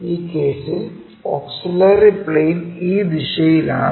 ഈ കേസിൽ auxiliary plane ഈ ദിശയിലാണ്